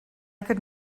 could